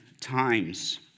times